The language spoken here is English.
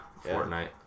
fortnite